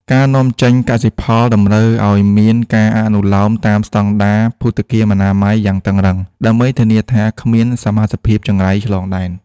ការនាំចេញកសិផលតម្រូវឱ្យមានការអនុលោមតាមស្ដង់ដារភូតគាមអនាម័យយ៉ាងតឹងរ៉ឹង ដើម្បីធានាថាគ្មានសមាសភាពចង្រៃឆ្លងដែន។